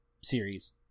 series